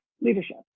leadership